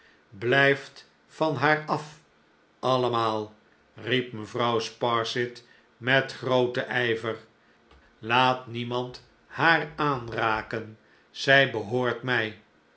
blijft van haar af allemaal riep mevrouw sparsit met grooten ijver laat niemand haar aanraken zij behoort mij